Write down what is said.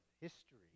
history